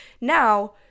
Now